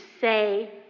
say